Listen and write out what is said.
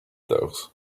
those